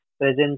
presence